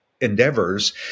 endeavors